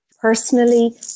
personally